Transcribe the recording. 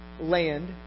land